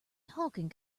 talking